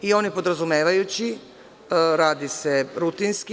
On je podrazumevajući, radi se rutinski.